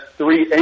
three